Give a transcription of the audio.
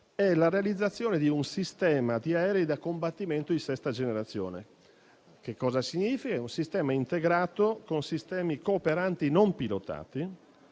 della realizzazione di un sistema di aerei da combattimento di sesta generazione. Cosa significa? È un sistema integrato con sistemi cooperanti non pilotati,